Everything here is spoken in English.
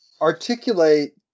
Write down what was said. articulate